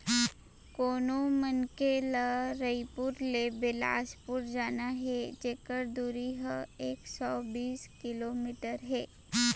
कोनो मनखे ल रइपुर ले बेलासपुर जाना हे जेकर दूरी ह एक सौ बीस किलोमीटर हे